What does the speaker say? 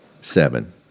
Seven